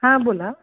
हां बोला